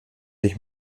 ich